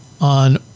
on